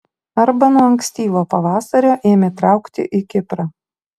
arba nuo ankstyvo pavasario ėmė traukti į kiprą